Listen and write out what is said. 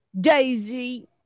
Daisy